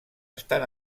estan